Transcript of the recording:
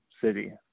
city